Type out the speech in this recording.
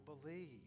believe